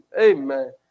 Amen